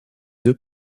deux